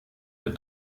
der